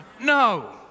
no